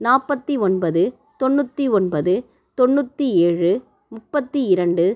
நாற்பத்தி ஒன்பது தொண்ணூற்றி ஒன்பது தொண்ணூற்றி ஏழு முப்பத்தி இரண்டு